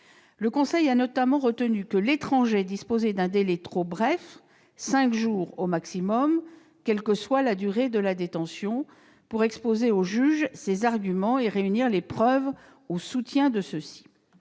Le Conseil a notamment retenu que l'étranger disposait d'un délai trop bref, 5 jours au maximum, quelle que soit la durée de la détention, pour exposer au juge ses arguments et réunir les preuves au soutien de ceux-ci.